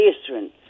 Eastern